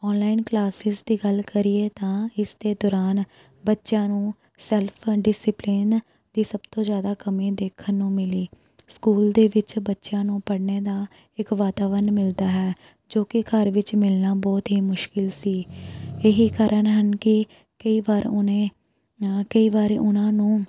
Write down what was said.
online classes ਦੀ ਗੱਲ ਕਰੀਏ ਤਾਂ ਇਸ ਦੇ ਦੌਰਾਨ ਬੱਚਿਆਂ ਨੂੰ ਸੈਲਫ ਡਿਸੀਪਲੇਨ ਦੀ ਸਭ ਤੋਂ ਜ਼ਿਆਦਾ ਕਮੀ ਦੇਖਣ ਨੂੰ ਮਿਲੀ ਸਕੂਲ ਦੇ ਵਿੱਚ ਬੱਚਿਆਂ ਨੂੰ ਪੜ੍ਹਨ ਦਾ ਇੱਕ ਵਾਤਾਵਰਨ ਮਿਲਦਾ ਹੈ ਜੋ ਕਿ ਘਰ ਵਿੱਚ ਮਿਲਣਾ ਬਹੁਤ ਹੀ ਮੁਸ਼ਕਲ ਸੀ ਇਹੀ ਕਾਰਨ ਹਨ ਕਿ ਕਈ ਵਾਰ ਉਹਨੇ ਕਈ ਵਾਰ ਉਹਨਾਂ ਨੂੰ